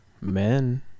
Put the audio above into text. Men